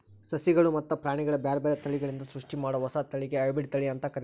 ಸಸಿಗಳು ಮತ್ತ ಪ್ರಾಣಿಗಳ ಬ್ಯಾರ್ಬ್ಯಾರೇ ತಳಿಗಳಿಂದ ಸೃಷ್ಟಿಮಾಡೋ ಹೊಸ ತಳಿಗೆ ಹೈಬ್ರಿಡ್ ತಳಿ ಅಂತ ಕರೇತಾರ